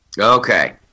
Okay